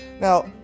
Now